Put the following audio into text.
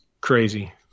crazy